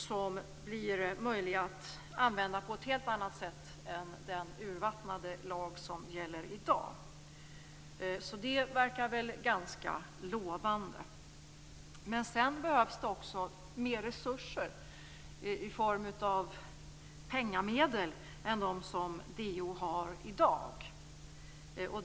Den blir möjlig att använda på ett helt annat sätt än den urvattnade lag som gäller i dag. Så det verkar väl ganska lovande. Men sedan behövs det också mer resurser i form av pengar än de som JO har i dag.